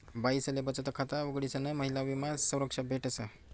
बाईसले बचत खाता उघडीसन महिला विमा संरक्षा भेटस